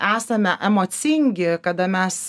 esame emocingi kada mes